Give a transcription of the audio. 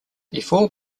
before